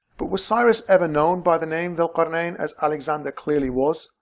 but was cyrus ever known by the name dhul qurnayn as alexander clearly was?